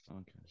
Okay